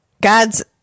God's